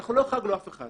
אנחנו לא החרגנו אף אחד